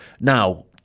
now